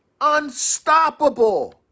Unstoppable